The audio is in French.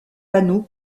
panneaux